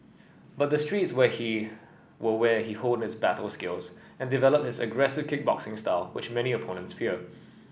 but the streets why he were where he honed his battle skills and developed his aggressive kickboxing style which many opponents fear